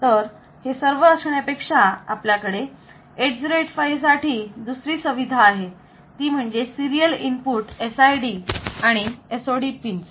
तर हे सर्व असण्यापेक्षा आपल्याकडे 8085 साठी दुसरी सुविधा आहे ती म्हणजे सिरीयल इनपुट SID आणि SOD पिंस